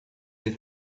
you